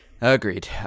agreed